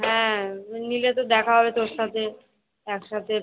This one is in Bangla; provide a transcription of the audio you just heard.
হ্যাঁ নিলে তো দেখা হবে তোর সাথে একসাথে